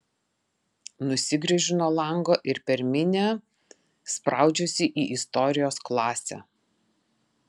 nusigręžiu nuo lango ir per minią spraudžiuosi į istorijos klasę